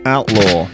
Outlaw